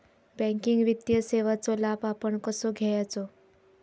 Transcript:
Banking वित्तीय सेवाचो लाभ आपण कसो घेयाचो?